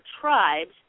tribes